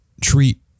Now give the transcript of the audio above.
treat